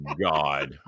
God